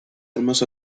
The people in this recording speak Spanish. armas